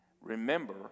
Remember